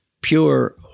pure